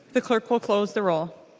the clerk will close the roll.